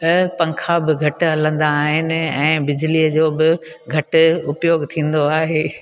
त पंखा बि घटि हलंदा आहिनि ऐं बिजलीअ जो बि घटि उपयोग थींदो आहे